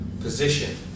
position